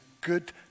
good